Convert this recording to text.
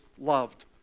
loved